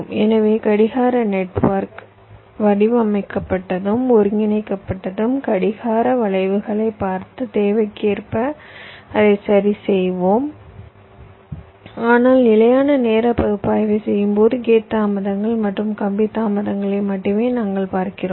எனவே கடிகார நெட்வொர்க் வடிவமைக்கப்பட்டதும் ஒருங்கிணைக்கப்பட்டதும் கடிகார வளைவுகளைப் பார்த்து தேவைக்கேற்ப அதை சரிசெய்வோம் ஆனால் நிலையான நேர பகுப்பாய்வைச் செய்யும்போது கேட் தாமதங்கள் மற்றும் கம்பி தாமதங்களை மட்டுமே நாங்கள் பார்க்கிறோம்